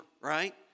right